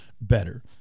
better